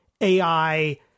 AI